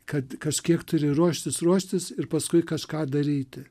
kad kažkiek turi ruoštis ruoštis ir paskui kažką daryti